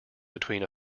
between